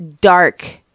dark